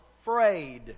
afraid